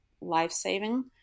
life-saving